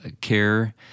care